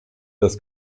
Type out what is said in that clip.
das